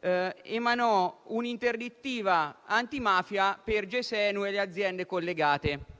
emanò un'interdittiva antimafia per Gesenu e le aziende collegate.